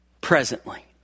Presently